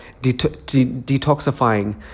detoxifying